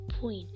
point